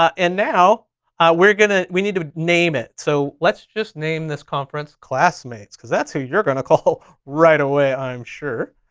and now we're gonna we need to name it. so let's just name this conference classmates. cause that's who you're gonna call right away i'm sure.